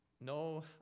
No